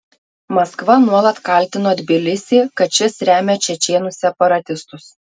maskva nuolat kaltino tbilisį kad šis remia čečėnų separatistus